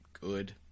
good